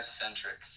centric